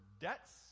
debts